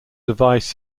device